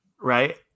right